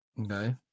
Okay